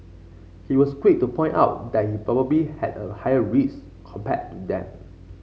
he was quick to point out that he probably had a higher risk compared to them